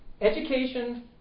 education